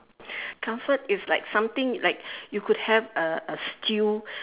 comfort is like something like you could have a a stew